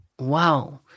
Wow